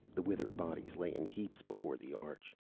the withered bodies lay in heaps before the arch.